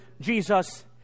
jesus